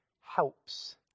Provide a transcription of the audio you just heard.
helps